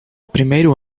primeiro